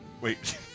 Wait